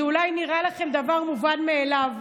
זה אולי נראה לכם דבר מובן מאליו,